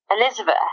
Elizabeth